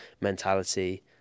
mentality